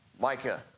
Micah